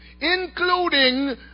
Including